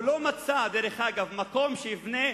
הוא לא מצא מקום שיבנה